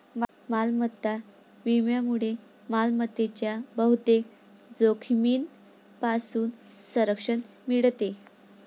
मालमत्ता विम्यामुळे मालमत्तेच्या बहुतेक जोखमींपासून संरक्षण मिळते